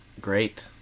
Great